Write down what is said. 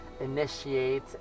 initiate